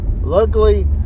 Luckily